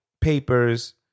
papers